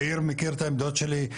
יאיר מכיר את העמדות שלי,